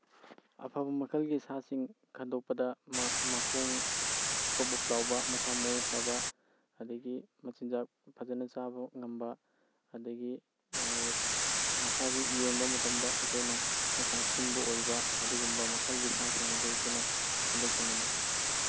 ꯑꯐꯕ ꯃꯈꯜꯒꯤ ꯁꯥꯁꯤꯡ ꯈꯟꯗꯣꯛꯄꯗ ꯃꯈꯣꯡ ꯕꯨꯞ ꯕꯨꯞ ꯂꯥꯎꯕ ꯃꯁꯥ ꯃꯎ ꯐꯕ ꯑꯗꯒꯤ ꯃꯆꯤꯟꯖꯥꯛ ꯐꯖꯅ ꯆꯥꯕ ꯉꯝꯕ ꯑꯗꯒꯤ ꯃꯁꯥꯁꯤ ꯌꯦꯡꯕ ꯃꯇꯝꯗ ꯑꯩꯈꯣꯏꯅ ꯃꯁꯥ ꯈꯤꯡꯕ ꯑꯣꯏꯕ ꯑꯗꯨꯒꯨꯝꯕ ꯃꯈꯜꯒꯤ ꯁꯥꯁꯤꯡ ꯑꯗꯨ ꯑꯩꯈꯣꯏꯅ ꯈꯟꯗꯣꯛꯄ ꯉꯝꯃꯤ